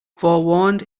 forewarned